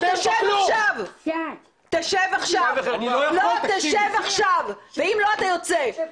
אני קוראת אותך לסדר פעם ראשונה.